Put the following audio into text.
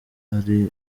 ari